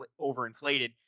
overinflated